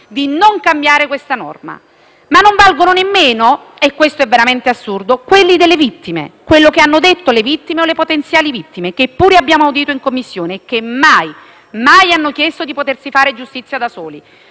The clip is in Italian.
di non cambiare la norma. Ma non valgono nemmeno - e questo è davvero assurdo - quello che hanno detto le vittime o le potenziali vittime, che pure abbiamo audito in Commissione e che mai, mai hanno chiesto di potersi fare giustizia da soli.